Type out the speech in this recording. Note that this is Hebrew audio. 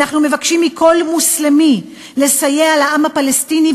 אנחנו מבקשים מכל מוסלמי לסייע לעם הפלסטיני,